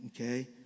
Okay